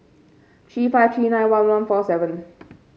three five three nine one one four seven